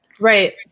Right